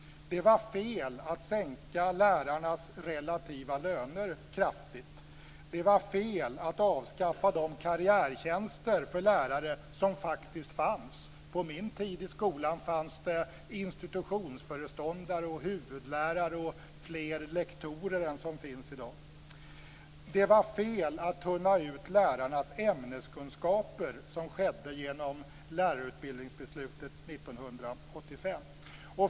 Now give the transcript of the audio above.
Det var fel att sänka lärarnas relativa löner kraftigt. Det var fel att avskaffa de karriärtjänster för lärare som faktiskt fanns. På min tid i skolan fanns det institutionsföreståndare, huvudlärare och fler lektorer än som finns i dag. Det var fel att tunna ut lärarnas ämneskunskaper, som skedde genom lärarutbildningsbeslutet 1985.